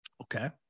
Okay